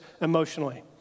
emotionally